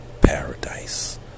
Paradise